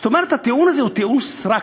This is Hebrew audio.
זאת אומרת, הטיעון הזה הוא טיעון סרק,